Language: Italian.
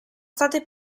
state